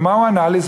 ומה הוא ענה לי?